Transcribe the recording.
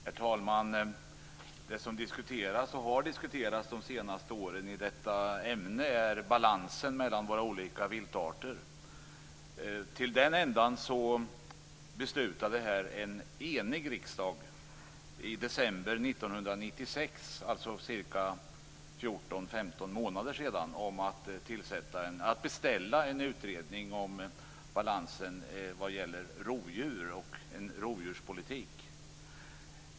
Herr talman! Det som diskuteras och har diskuterats de senaste åren i detta ämne är balansen mellan våra olika viltarter. En enig riksdag beslutade i december 1996, dvs. för ca 14-15 månader sedan, att beställa en utredning om balansen vad gäller rovdjur och en rovdjurspolitik.